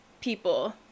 people